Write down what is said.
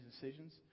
decisions